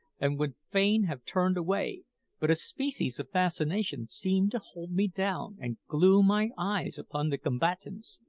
and would fain have turned away but a species of fascination seemed to hold me down and glue my eyes upon the combatants.